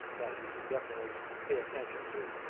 that you should definitely pay attention to.